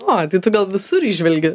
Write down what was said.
o tai tu gal visur įžvelgi